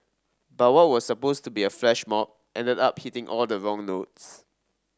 but what was supposed to be a flash mob ended up hitting all the wrong notes